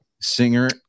Singer